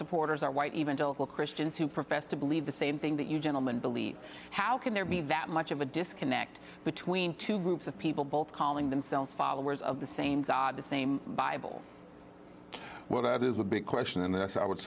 supporters are white evangelical christians who profess to believe the same thing that you gentlemen believe how can there be that much of a disconnect between two groups of people both calling themselves followers of the same god the same bible well that is a big question and i would